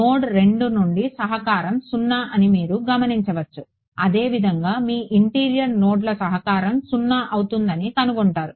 node 2 నుండి సహకారం 0 అని మీరు గమనించవచ్చు అదే విధంగా మీ ఇంటీరియర్ నోడ్ల సహకారం 0 అవుతుందని కనుగొంటారు